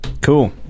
Cool